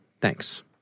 Thanks